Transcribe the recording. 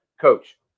coach